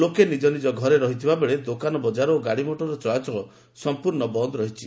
ଲୋକେ ନିଜ ନିଜ ଘରେ ରହିଥିବାବେଳେ ଦୋକାନ ବଜାର ଓ ଗାଡ଼ି ମଟର ଚଳାଚଳ ସମ୍ପର୍ଷ୍ଣ ବନ୍ଦ୍ ରହିଛି